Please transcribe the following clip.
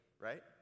right